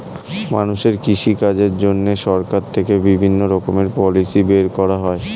মানুষের কৃষি কাজের জন্য সরকার থেকে বিভিন্ন রকমের পলিসি বের করা হয়